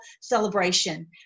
celebration